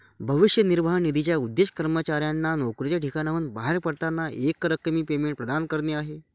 भविष्य निर्वाह निधीचा उद्देश कर्मचाऱ्यांना नोकरीच्या ठिकाणाहून बाहेर पडताना एकरकमी पेमेंट प्रदान करणे आहे